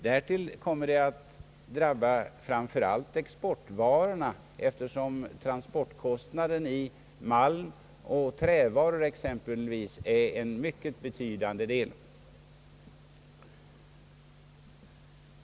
Därtill kommer pålagan att drabba framför allt exportvarorna, eftersom transportkostnaden exempelvis för malm och trävaror utgör en betydande del.